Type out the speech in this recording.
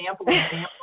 example